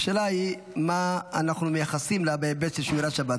השאלה היא מה אנחנו מייחסים לה בהיבט של שמירת שבת.